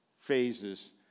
phases